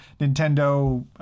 Nintendo